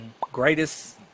greatest